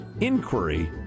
inquiry